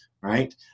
Right